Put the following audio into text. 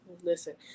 Listen